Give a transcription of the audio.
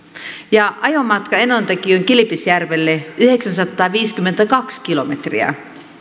ja ajomatkaa enontekiön kilpisjärvelle yhdeksänsataaviisikymmentäkaksi kilometriä